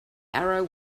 arrow